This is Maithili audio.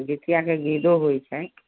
जीतियाके गीतो होइत छै